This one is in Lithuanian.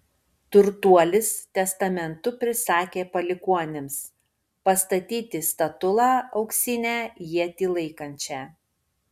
turtuolis testamentu prisakė palikuonims pastatyti statulą auksinę ietį laikančią